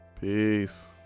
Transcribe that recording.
Peace